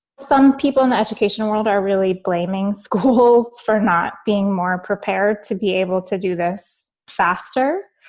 some people in the education world are really blaming schools for not being more prepared to be able to do this faster.